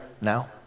now